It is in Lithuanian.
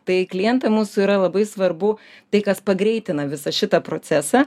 tai klientai mūsų yra labai svarbu tai kas pagreitina visą šitą procesą